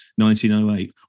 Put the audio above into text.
1908